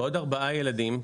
ועוד ארבעה ילדים,